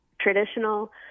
traditional